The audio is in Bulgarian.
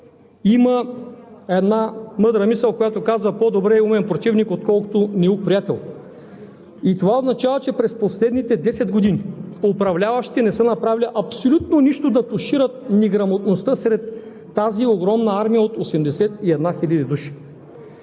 има една мъдра мисъл, която казва: „По-добре е умен противник, отколкото неук приятел“. И това означава, че през последните десет години управляващите не са направили абсолютно нищо да тушират неграмотността сред тази огромна армия от 81 хил. души.